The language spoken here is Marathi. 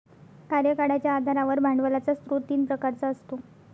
कार्यकाळाच्या आधारावर भांडवलाचा स्रोत तीन प्रकारचा असतो